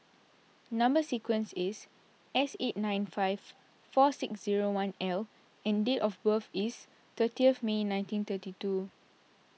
Number Sequence is S eight nine five four six zero one L and date of birth is thirtieth May nineteen thirty two